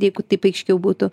jeigu taip aiškiau būtų